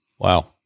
Wow